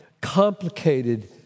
complicated